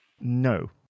No